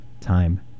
time